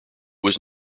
was